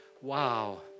Wow